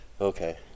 Okay